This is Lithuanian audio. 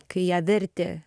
kai ją vertė